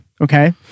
okay